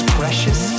precious